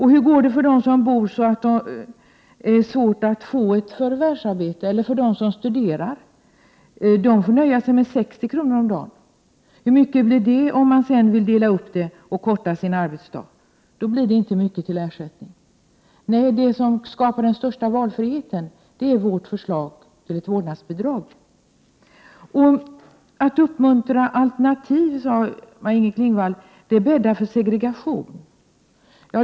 Hur går det för dem som bor så att de har svårt att få ett förvärvsarbete eller är studerande? De får nöja sig med 60 kr. om dagen. Hur mycket blir det kvar då om man vill korta sin arbetsdag? Det blir inte mycket till ersättning! Nej, det som skapar den största valfriheten är vårt förslag till ett vårdnadsbidrag. Maj-Inger Klingvall sade att uppmuntran till alternativ bäddar för segregation.